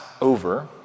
over